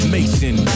Mason